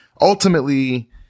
ultimately